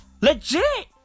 Legit